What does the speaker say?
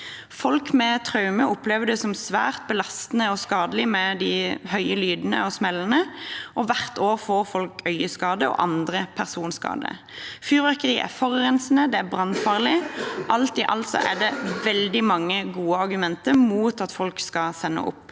Folk med traumer opplever det som svært belastende og skadelig med de høye lydene og smellene, og hvert år får folk øyeskader og andre skader. Fyrverkeri er forurensende, og det er brannfarlig. Alt i alt er det veldig mange gode argumenter mot at folk skal sende opp